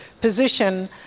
position